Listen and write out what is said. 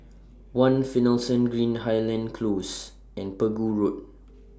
one Finlayson Green Highland Close and Pegu Road